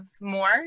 more